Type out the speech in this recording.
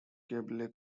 keble